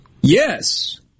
Yes